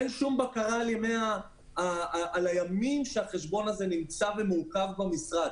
אין שום בקרה על הימים בהם החשבון הזה נמצא ומעוכב במשרד.